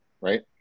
right